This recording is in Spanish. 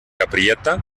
aprieta